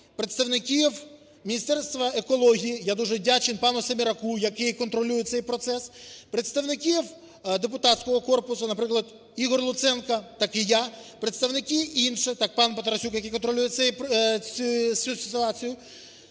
представників Міністерства екології, я дуже вдячний пану Семераку, який контролює цей процес, представників депутатського корпусу, наприклад, Ігор Луценко, так і я, представники інших, пан Тарасюк, який контролює цю ситуацію,